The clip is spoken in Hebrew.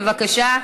בבקשה.